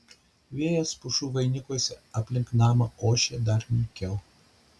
vėjas pušų vainikuose aplink namą ošė dar nykiau